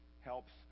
helps